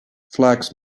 flax